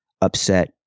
upset